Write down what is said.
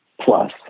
plus